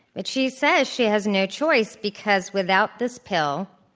but she says she has no choice, because without this pill,